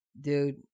dude